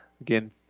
Again